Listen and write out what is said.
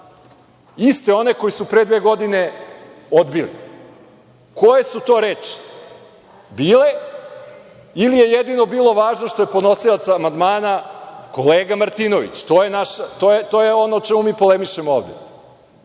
iste one koje su pre dve godine odbili? Koje su to reči bile ili je jedino bilo važno što je podnosilac amandmana kolega Martinović? To je ono o čemu mi polemišemo ovde.